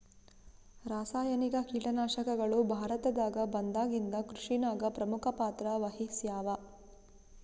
ರಾಸಾಯನಿಕ ಕೀಟನಾಶಕಗಳು ಭಾರತದಾಗ ಬಂದಾಗಿಂದ ಕೃಷಿನಾಗ ಪ್ರಮುಖ ಪಾತ್ರ ವಹಿಸ್ಯಾವ